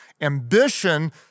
Ambition